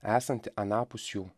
esantį anapus jų